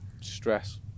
Stress